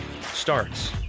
starts